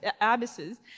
abbesses